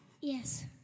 Yes